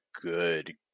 good